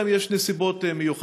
אלא אם יש נסיבות מיוחדות.